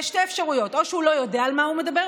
יש שתי אפשרויות: או שהוא לא יודע על מה הוא מדבר,